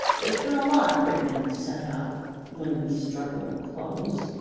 there's been a lot written and said about women's struggle with clothes.